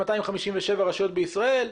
257 רשויות בישראל,